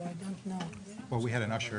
אני פותח את ישיבת